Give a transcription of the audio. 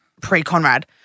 pre-Conrad